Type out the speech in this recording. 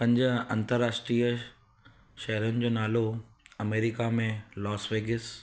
पंज अंतरराष्ट्रीय शहरनि जो नालो अमेरिका में लॉस वेगेस